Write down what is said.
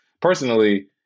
personally